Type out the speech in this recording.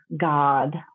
God